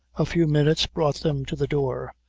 a few minutes brought them to the door,